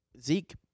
Zeke